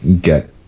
get